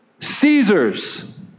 Caesar's